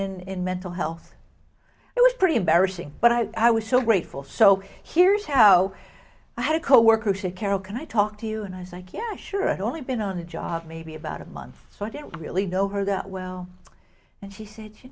working in mental health it was pretty embarrassing but i was so grateful so here's how i had a coworker carol can i talk to you and i was like yeah sure and only been on the job maybe about a month so i didn't really know her that well and she said